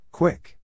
Quick